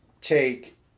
take